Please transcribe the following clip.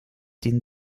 den